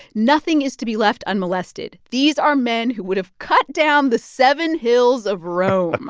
nothing is to be left unmolested. these are men who would have cut down the seven hills of rome.